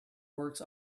works